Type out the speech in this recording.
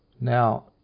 Now